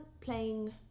playing